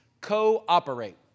cooperate